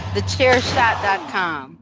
TheChairShot.com